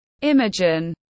Imogen